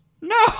No